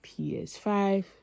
ps5